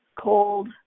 cold